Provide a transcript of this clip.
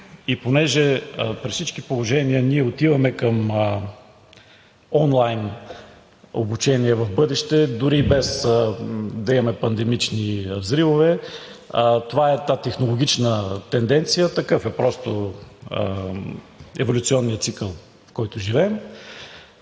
И понеже при всички положения ние отиваме към онлайн обучение в бъдеще, дори без да имаме пандемични взривове, това е една технологична тенденция, такъв е просто еволюционният цикъл, в който живеем,